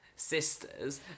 Sisters